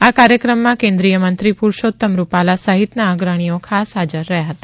આ કાર્યક્રમમાં કેન્દ્રીય મંત્રી પુરૂષોત્તમ રૂપાલા સહિતનાં અગ્રણીઓ ખાસ હાજર રહ્યા હતા